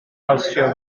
calsiwm